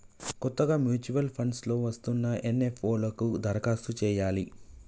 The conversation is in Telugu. కొత్తగా మ్యూచువల్ ఫండ్స్ లో వస్తున్న ఎన్.ఎఫ్.ఓ లకు దరఖాస్తు చేయాలి